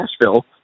Nashville